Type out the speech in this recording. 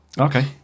Okay